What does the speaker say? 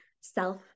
self